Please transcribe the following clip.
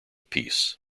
peace